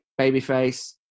babyface